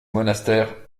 monastère